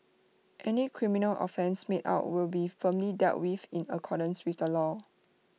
any criminal offence made out will be firmly dealt with in accordance with the law